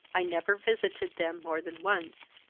i never visited them more than once,